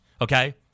okay